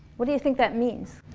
what do you think that means?